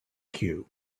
cue